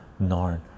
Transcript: narn